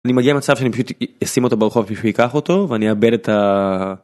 אני מגיע מצב שאני פשוט אשים אותו ברחוב שמישהו יקח אותו ואני אאבד את ה...